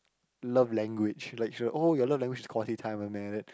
love language she like oh your love language is quality time something like that